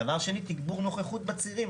דבר שני, תגבור נוכחות בצירים.